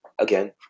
again